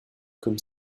comme